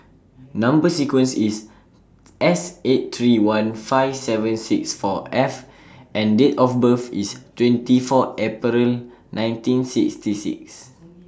Number sequence IS S eight three one five seven six four F and Date of birth IS twenty four April nineteen sixty six